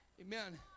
Amen